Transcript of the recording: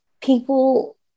people